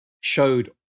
showed